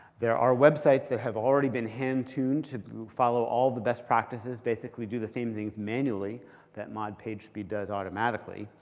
there are websites that have already been hand tuned to follow all the best practices, basically do the same things manually that mod pagespeed does automatically.